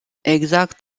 exact